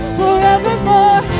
forevermore